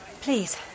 Please